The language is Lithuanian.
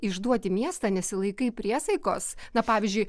išduodi miestą nesilaikai priesaikos na pavyzdžiui